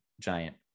giant